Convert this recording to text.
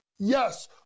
Yes